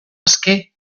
aske